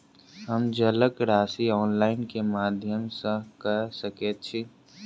हम जलक राशि ऑनलाइन केँ माध्यम सँ कऽ सकैत छी?